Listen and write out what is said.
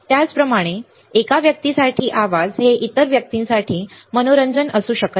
त्याचप्रमाणे एका व्यक्तीसाठी आवाज हे इतर व्यक्तीसाठी मनोरंजन असू शकत नाही